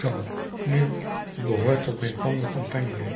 zoo nu t behoort tot mijn plan de campagne